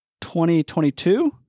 2022